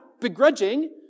begrudging